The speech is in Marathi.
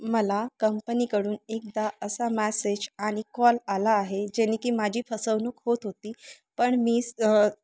मला कंपनीकडून एकदा असा मॅसेज आणि कॉल आला आहे जेणे की माझी फसवणूक होत होती पण मी स